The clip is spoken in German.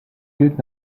gilt